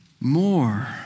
more